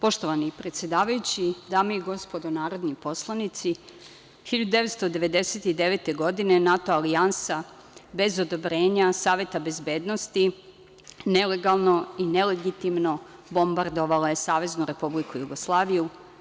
Poštovani predsedavajući, dame i gospodo narodni poslanici, 1999. godine NATO alijansa, bez odobrenja Saveta bezbednosti, nelegalno i nelegitimno bombardovala je SRJ.